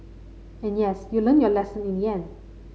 and yes you learnt your lesson in the end